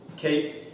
Kate